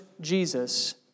Jesus